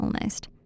almost